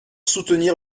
soutenir